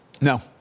No